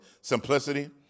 simplicity